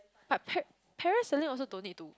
but par~ parasailing also don't need to